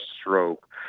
stroke